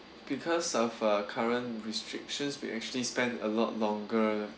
because of the current restrictions we actually spend a lot longer